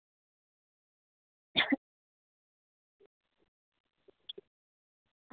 अं